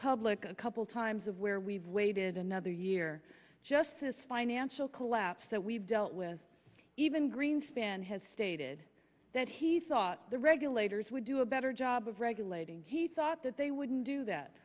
public a couple times of where we've waited another year just as finance the collapse that we've dealt with even greenspan has stated that he thought the regulators would do a better job of regulating he thought that they wouldn't do that